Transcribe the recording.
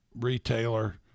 retailer